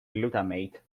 glutamate